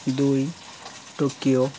ଦୁଇ ଟୋକିଓ